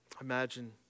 Imagine